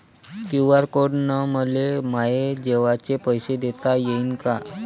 QR code न मले माये जेवाचे पैसे देता येईन का?